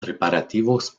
preparativos